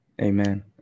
Amen